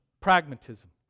Pragmatism